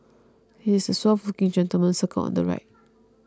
he is the suave looking gentleman circled on the right